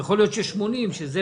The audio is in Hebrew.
יכול להיות שנאשר 80 שקלים,